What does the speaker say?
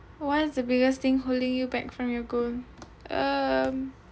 what's the biggest thing holding you back from your goal um